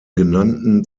genannten